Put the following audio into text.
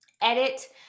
edit